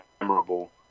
memorable